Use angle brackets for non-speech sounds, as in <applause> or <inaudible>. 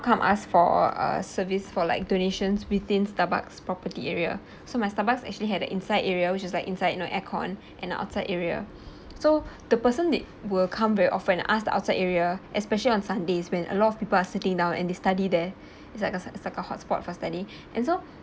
come ask for uh service for like donations within Starbucks property area so my Starbucks actually had a inside area which is like inside no aircon and an outside area <breath> so the person th~ will come very often and ask the outside area especially on sundays when a lot of people are sitting down and they study it's like it's like a hotspot for study and so